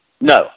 No